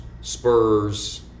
Spurs